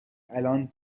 الان